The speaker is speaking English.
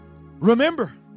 Remember